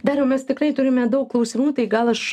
dariau mes tikrai turime daug klausimų tai gal aš